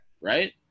Right